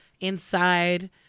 inside